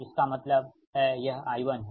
इसका मतलब है यह I1 है